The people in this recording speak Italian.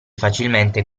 facilmente